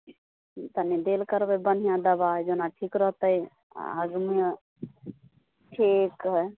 तनि देल करबै बढ़ियाँ दबाइ जेना ठीक रहतै आ आदमियों ठीक हय